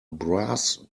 brass